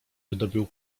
wydobył